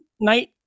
night